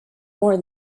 more